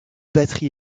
batteries